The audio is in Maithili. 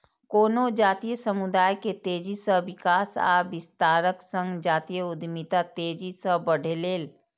कोनो जातीय समुदाय के तेजी सं विकास आ विस्तारक संग जातीय उद्यमिता तेजी सं बढ़लैए